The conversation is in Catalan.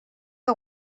que